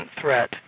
threat